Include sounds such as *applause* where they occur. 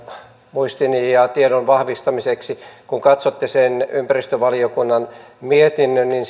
muistin ja tiedon vahvistamiseksi kun katsotte sen ympäristövaliokunnan mietinnön niin *unintelligible*